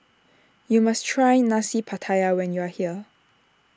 you must try Nasi Pattaya when you are here